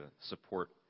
support